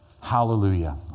Hallelujah